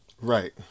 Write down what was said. Right